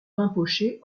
rinpoché